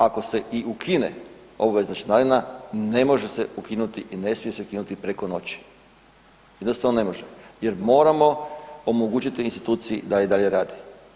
Ako se i ukine obvezna članarina, ne može se ukinuti i ne smije se ukinuti preko noći, jednostavno ne može jer moramo omogućiti instituciji da i dalje radi.